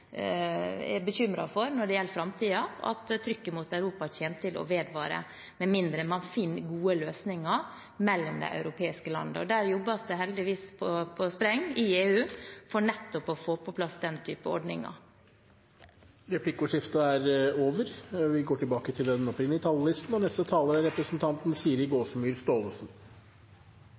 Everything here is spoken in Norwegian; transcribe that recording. er bekymret for når det gjelder framtiden, at trykket mot Europa kommer til å vedvare med mindre man finner gode løsninger mellom de europeiske landene. Det jobbes heldigvis på spreng i EU for å få på plass nettopp denne typen ordninger. Replikkordskiftet er omme. Ved å delta i arbeidslivet vil de fleste kunne forsørge seg selv og sin familie og dermed unngå å havne i fattigdom. Derfor er